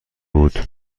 بود